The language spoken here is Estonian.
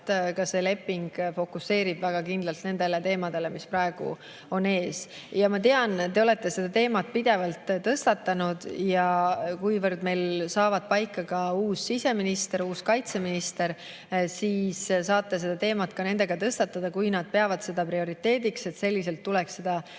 ka see leping fokuseerib väga kindlalt nendele teemadele, mis praegu on ees. Ma tean, et te olete seda teemat pidevalt tõstatanud. Kui meil saavad paika uus siseminister ja uus kaitseminister, siis te saate seda teemat nendega tõstatada. Kui nad peavad seda prioriteediks, et selliselt tuleks seda reformi